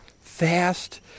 fast